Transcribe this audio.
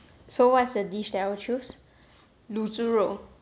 so what's the dish that I will choose 卤猪肉